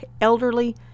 elderly